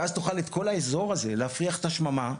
ואז תוכל את כל האזור הזה להפריח את השממה,